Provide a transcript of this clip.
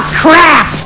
crap